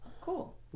Cool